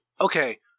Okay